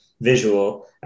visual